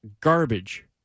garbage